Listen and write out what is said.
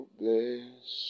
bless